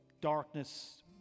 darkness